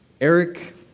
Eric